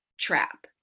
trap